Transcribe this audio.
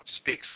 speaks